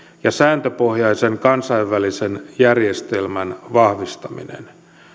ja sääntöpohjaisen kansainvälisen järjestelmän vahvistaminen